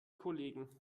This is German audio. kollegen